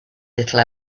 little